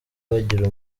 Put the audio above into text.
bagira